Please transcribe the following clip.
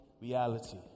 reality